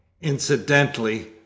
Incidentally